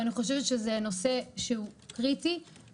אני חושבת שזה נושא שהוא קריטי.